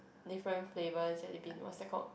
different flavour jellybean what's that called